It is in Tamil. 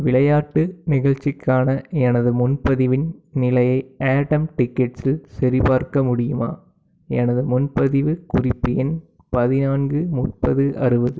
விளையாட்டு நிகழ்ச்சிக்கான எனது முன்பதிவின் நிலையை அட்டம் டிக்கெட்ஸ் இல் சரிபார்க்க முடியுமா எனது முன்பதிவு குறிப்பு எண் பதினான்கு முப்பது அறுபது